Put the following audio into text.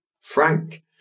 frank